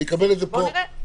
בוא נראה.